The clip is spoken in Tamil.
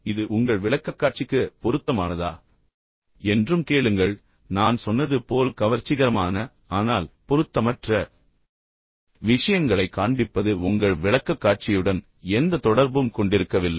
இது உங்கள் விளக்கக்காட்சிக்கு பொருத்தமானதா என்றும் கேளுங்கள் நான் சொன்னது போல் கவர்ச்சிகரமான ஆனால் பொருத்தமற்ற விஷயங்களைக் காண்பிப்பது உங்கள் விளக்கக்காட்சியுடன் எந்த தொடர்பும் கொண்டிருக்கவில்லை